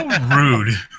rude